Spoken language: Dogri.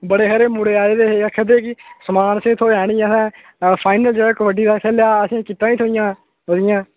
बड़े हारे मुड़े आए दे हे आक्खै दे हे कि समान थ्होएआ नेईं ऐ फाइनल जेह्ड़ा कबड्डी दा खेलेआ असेंगी किट्टां गै नेईं थ्होइयां ओह्दियां